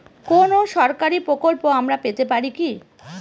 কোন সরকারি প্রকল্প আমরা পেতে পারি কি?